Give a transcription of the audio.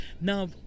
Now